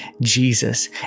Jesus